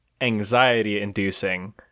anxiety-inducing